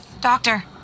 Doctor